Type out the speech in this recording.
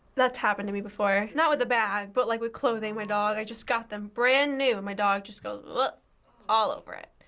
that's happened to me before. not with a bag, but like with clothing, my dog. i just got them brand new and my dog just goes bleh all over it.